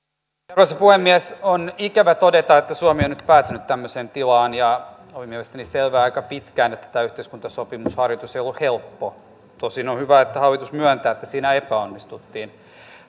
arvoisa puhemies on ikävä todeta että suomi on nyt päätynyt tämmöiseen tilaan ja oli mielestäni selvää aika pitkään että tämä yhteiskuntasopimusharjoitus ei ollut helppo tosin on hyvä että hallitus myöntää että siinä epäonnistuttiin